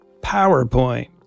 PowerPoint